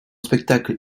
spectacle